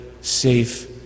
safe